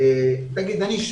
אני מניח שהתשובה היא לא.